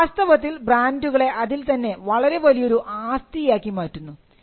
ഇത് വാസ്തവത്തിൽ ബ്രാൻഡുകളെ അതിൽതന്നെ വളരെ വലിയൊരു ആസ്തിയാക്കി മാറ്റുന്നു